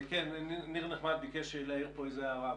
ניר נחמד ביקש להעיר פה הערה.